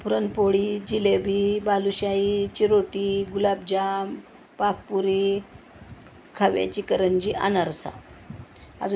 पुरणपोळी जिलेबी बालुशाही चिरोटे गुलाबजाम पाकपुरी खव्याची करंजी अनारसा अजू